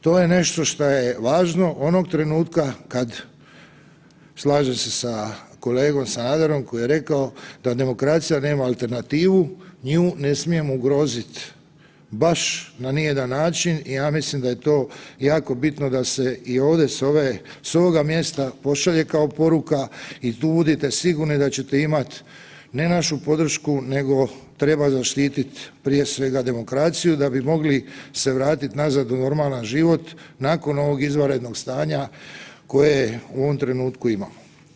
To je nešto šta je važno, onog trenutka kad, slažem se sa kolegom Sanaderom koji je rekao da demokracija nema alternativu, nju ne smijemo ugroziti baš na nijedan način i ja mislim da je to jako bitno da se i ovdje sa ovoga mjesta pošalje kao poruka i tu budite sigurni da ćete imati ne našu podršku nego treba zaštiti prije svega demokraciju da bi mogli se vratiti nazad u normalan život nakon ovog izvanrednog stanja koje u ovom trenutku imamo.